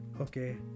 Okay